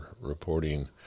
reporting